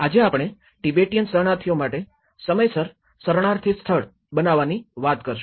આજે આપણે તિબેટીયન શરણાર્થીઓ માટે સમયસર શરણાર્થી સ્થળ બનાવવાની વાત કરશું